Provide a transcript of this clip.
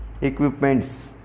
equipments